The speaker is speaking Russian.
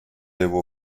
его